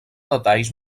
detalls